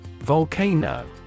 Volcano